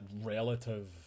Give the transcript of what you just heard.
relative